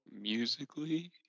musically